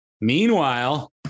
Meanwhile